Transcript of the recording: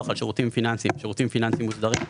על שירותים פיננסיים (שירותם פיננסיים מוסדרים),